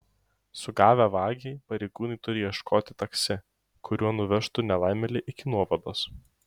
sugavę vagį pareigūnai turi ieškoti taksi kuriuo nuvežtų nelaimėlį iki nuovados